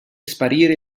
sparire